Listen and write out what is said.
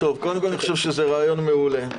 קודם כל אני חושב שזה רעיון מעולה.